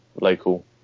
local